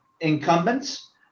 incumbents